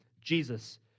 Jesus